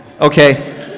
Okay